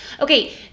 Okay